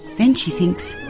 then she thinks,